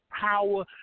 power